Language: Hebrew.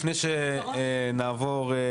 ה-4 בינואר 2023. לפני שנעבור להצבעה,